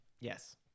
Yes